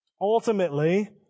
Ultimately